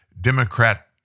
Democrat